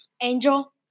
Angel